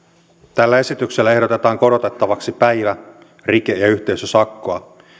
tällä esityksellä ehdotetaan korotettavaksi päivä rike ja yhteisösakkoa